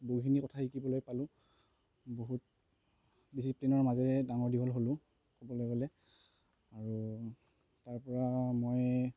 বহুখিনি কথাই শিকিবলৈ পালোঁ বহুত ডিচিপ্লিনৰ মাজেৰে ডাঙৰ দীঘল হ'লোঁ ক'বলৈ গ'লে আৰু তাৰ পৰা মই